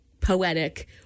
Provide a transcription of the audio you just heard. poetic